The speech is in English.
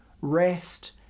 rest